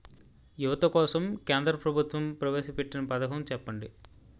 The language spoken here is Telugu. యువత కోసం కేంద్ర ప్రభుత్వం ప్రవేశ పెట్టిన పథకం చెప్పండి?